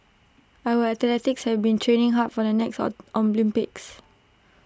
our athletes have been training hard for the next Olympics